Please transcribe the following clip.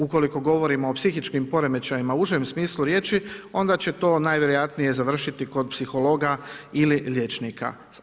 Ukoliko govorimo o psihičkim poremećajima u užem smislu riječi, onda će to najvjerojatnije završiti kod psihologa ili liječnika.